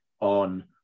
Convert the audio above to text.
on